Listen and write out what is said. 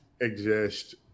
exist